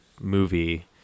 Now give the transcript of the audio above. movie